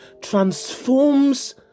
transforms